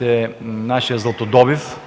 и нашия златодобив.